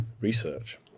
research